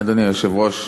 אדוני היושב-ראש,